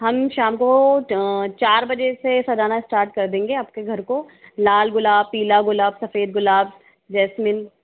हम शाम को चार बजे से सजाना स्टार्ट कर देंगे आपके घर को लाल गुलाब पीला गुलाब सफेद गुलाब जैस्मिन